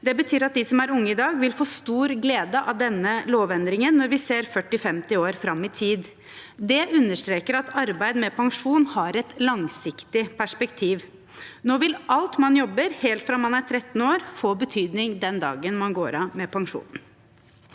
Det betyr at de som er unge i dag, vil få stor glede av denne lovendringen, når vi ser 40–50 år fram i tid. Det understreker at arbeid med pensjon har et langsiktig perspektiv. Nå vil alt man jobber, helt fra man er 13 år, få betydning den dagen man går av med pensjon.